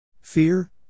Fear